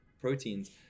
proteins